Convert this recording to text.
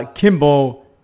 Kimbo